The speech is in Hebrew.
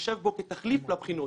להתחשב בו כתחליף לבחינות...